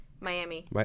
Miami